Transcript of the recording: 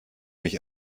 mich